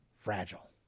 fragile